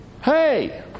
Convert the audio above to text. Hey